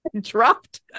dropped